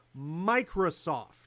Microsoft